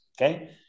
okay